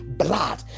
blood